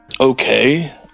okay